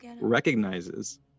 recognizes